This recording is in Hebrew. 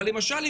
למשל,